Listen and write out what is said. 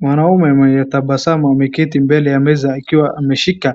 Mwanaume mwenye tabasamu ameketi mbele ya meza akiwa ameshika